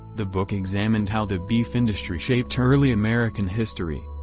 the book examined how the beef industry shaped early american history.